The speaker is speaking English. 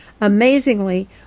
Amazingly